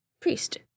priest